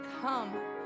come